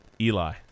Eli